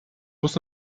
muss